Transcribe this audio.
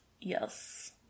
yes